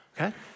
Okay